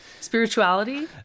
spirituality